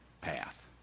path